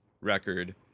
record